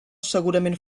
segurament